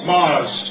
Mars